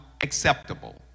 acceptable